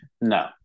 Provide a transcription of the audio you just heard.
No